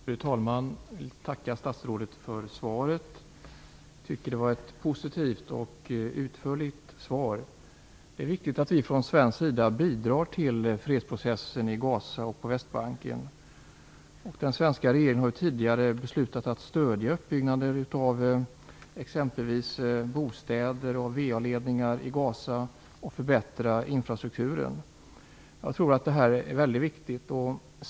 Fru talman! Jag vill tacka statsrådet för svaret. Det var ett positivt och utförligt svar. Det är viktigt att vi från svensk sida bidrar till fredsprocessen i Gaza och på Västbanken. Den svenska regeringen har ju tidigare beslutat att stöda uppbyggnaden av exempelvis bostäder och VA-ledningar i Gaza och att förbättra infrastrukturen. Jag tror att det är väldigt viktigt.